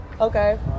Okay